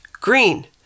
green